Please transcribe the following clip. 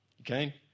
okay